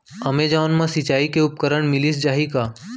Amazon मा सिंचाई के उपकरण मिलिस जाही का?